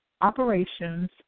operations